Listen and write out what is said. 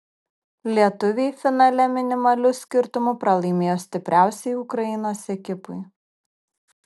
lietuviai finale minimaliu skirtumu pralaimėjo stipriausiai ukrainos ekipai